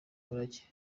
umurage